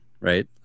right